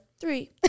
Three